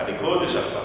בליכוד יש אחווה.